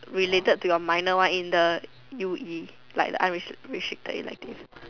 related to your minor one in the u_e like the unrestricted elective